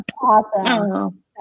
awesome